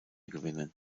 gewinnen